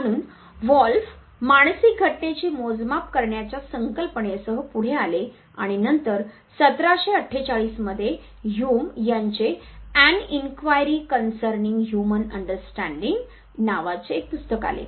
म्हणून व्हॉल्फ मानसिक घटनेचे मोजमाप करण्याच्या संकल्पनेसह पुढे आले आणि नंतर 1748 मध्ये ह्युम यांचे 'an enquiry concerning human understanding' नावाचे एक पुस्तक आले